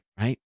right